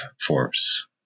force